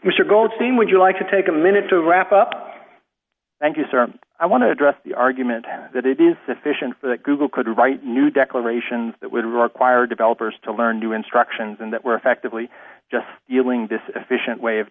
mr goldstein would you like to take a minute to wrap up thank you sir i want to address the argument that it is efficient for that google could write new declarations that would require developers to learn new instructions and that we're effectively just feeling this efficient way of